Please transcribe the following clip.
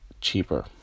cheaper